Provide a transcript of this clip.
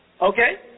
Okay